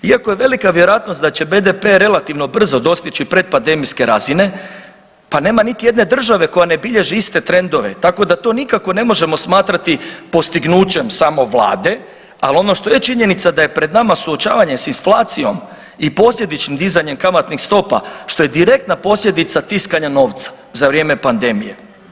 Iako je velika vjerojatnost da će BDP relativno brzo dostići predpandemijske razine, pa nema niti jedne države koja ne bilježi iste trendove tako da to nikako ne možemo smatrati postignućem samo vlade, al ono što je činjenica da je pred nama suočavanje s inflacijom i posljedično dizanjem kamatnih stopa, što je direktna posljedica tiskanja novca za vrijeme pandemije.